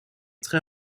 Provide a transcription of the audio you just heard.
très